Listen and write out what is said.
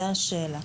זו השאלה.